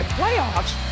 playoffs